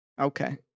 okay